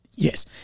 Yes